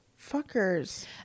fuckers